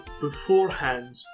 beforehand